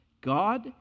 God